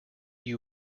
you